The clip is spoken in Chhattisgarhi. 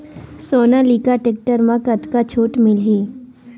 सोनालिका टेक्टर म कतका छूट मिलही?